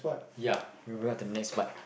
ya we move on to next part